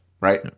Right